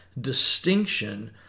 distinction